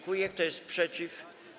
Kto jest przeciw?